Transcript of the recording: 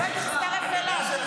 אולי תצטרף אליו.